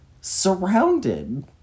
surrounded